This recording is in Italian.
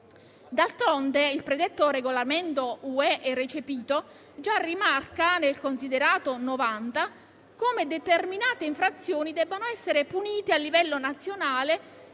D'altronde, il predetto regolamento europeo recepito rimarca come determinate infrazioni debbano essere punite a livello nazionale